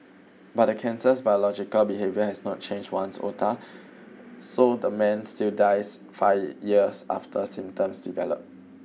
but the cancer's biological behaviour has not changed ones iota so the man still dies five years after symptoms develop